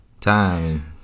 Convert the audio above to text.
time